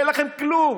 אין לכם כלום.